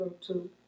Two